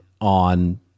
on